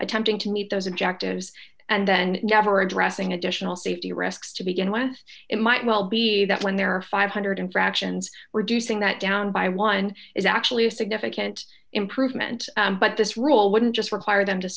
attempting to meet those objectives and then never addressing additional safety risks to begin with it might well be that when there are five hundred dollars infractions reducing that down by one is actually a significant improvement but this rule wouldn't just require them to